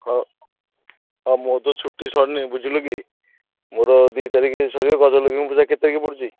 ହଁ ହଁ ମୋର ତ ଛୁଟି ସରିନି ବୁଝିଲୁ କି ମୋର ଦୁଇ ତାରିଖ ସରିବ ଗଜଲକ୍ଷ୍ମୀ ପୂଜା କେତେ ତାରିଖରେ ପଡ଼ୁଛି